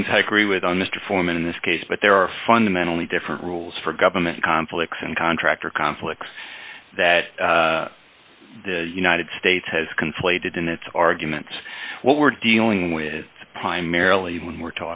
things i agree with on mr foreman in this case but there are fundamentally different rules for government conflicts and contractor conflicts that the united states has conflated in its arguments what we're dealing with primarily when we're